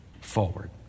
forward